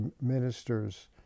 ministers